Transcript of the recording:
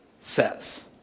says